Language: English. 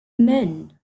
moon